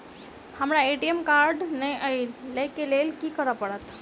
हमरा ATM card नै अई लई केँ लेल की करऽ पड़त?